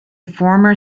former